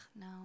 no